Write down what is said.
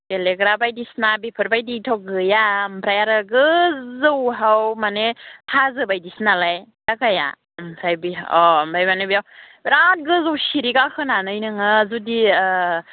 गेलेग्रा बायदिसिना बेफोर बायदिथ' गैया ओमफ्राय आरो गोजौआव माने हाजो बायदिसिना नालाय जायगाया ओमफ्राय बेहाय अ ओमफ्राय माने बेयाव बिरात गोजौ सिरि गाखोनानै नोङो जुदि